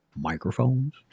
microphones